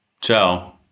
ciao